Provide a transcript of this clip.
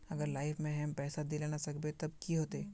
अगर लाइफ में हैम पैसा दे ला ना सकबे तब की होते?